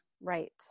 Right